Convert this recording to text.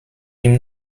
nim